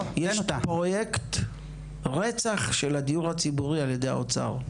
יש פרויקט רצח של הדיור הציבורי על ידי האוצר.